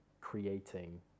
creating